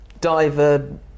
Diver